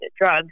drugs